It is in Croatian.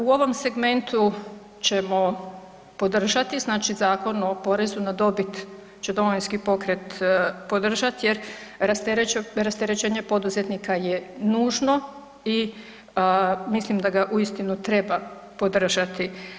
U ovom segmentu ćemo podržati, znači Zakon o porezu na dobit će Domovinski pokret podržati jer rasterećenje poduzetnika je nužno i mislim da ga uistinu treba podržati.